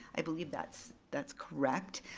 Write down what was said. i believe that's that's correct,